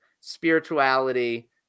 spirituality